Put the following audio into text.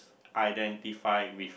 identify with